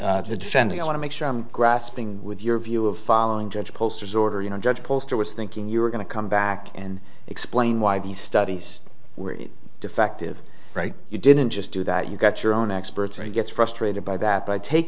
and the defending i want to make sure i'm grasping with your view of following judge posters order you know judge coulter was thinking you were going to come back and explain why the studies were defective right you didn't just do that you got your own experts and he gets frustrated by that but i take